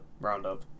roundup